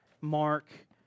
Mark